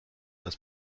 das